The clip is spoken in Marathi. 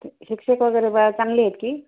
शिक्षक वगैरे बा चांगली हायती